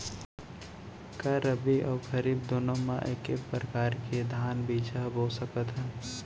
का रबि अऊ खरीफ दूनो मा एक्के प्रकार के धान बीजा बो सकत हन?